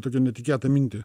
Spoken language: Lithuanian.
tokią netikėtą mintį